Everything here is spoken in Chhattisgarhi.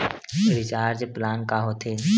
रिचार्ज प्लान का होथे?